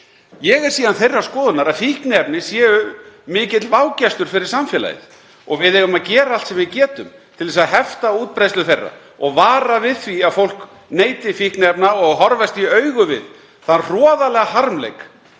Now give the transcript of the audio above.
Ég er síðan þeirrar skoðunar að fíkniefni séu mikill vágestur fyrir samfélagið og við eigum að gera allt sem við getum til að hefta útbreiðslu þeirra, vara við því að fólk neyti fíkniefna og horfast í augu við þann hroðalega harmleik